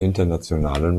internationalen